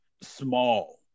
Small